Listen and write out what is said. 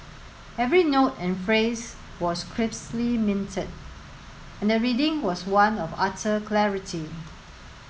every note and phrase was crisply minted and the reading was one of utter clarity